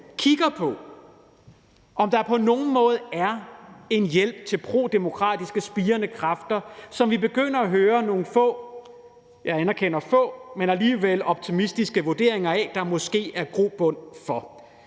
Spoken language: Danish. kigger på, om der på nogen måde er en hjælp til spirende prodemokratiske kræfter, som vi begynder at høre nogle få – jeg anerkender, at det er få – men alligevel optimistiske vurderinger af der måske er grobund for.